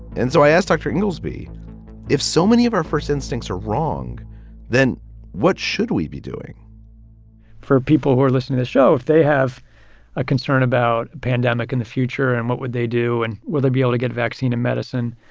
and so i asked dr. inglesby if so many of our first instincts are wrong then what should we be doing for people who are listening this show if they have a concern about a pandemic in the future? and what would they do and will they be able to get vaccine and medicine?